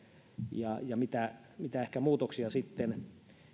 mitä muutoksia ja uudelleentarkastelua ehkä sitten